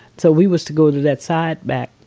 so we was to go to that side, back,